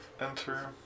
enter